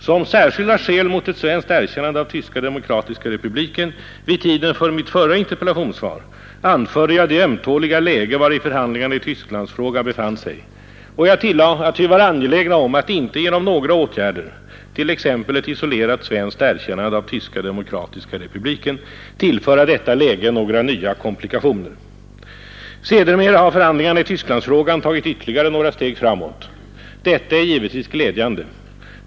Som särskilda skäl mot ett svenskt erkännande av Tyska demokratiska republiken vid tiden för mitt förra interpellationssvar anförde jag det ömtåliga läge vari förhandlingarna i Tysklandsfrågan befann sig, och jag tillade att vi var angelägna om att inte genom några åtgärder — t.ex. ett isolerat svenskt erkännande av Tyska demokratiska republiken — tillföra detta läge några nya komplikationer. Sedermera har förhandlingarna i Tysklandsfrågan tagit ytterligare några steg framåt. Detta är givetvis glädjande.